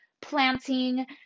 planting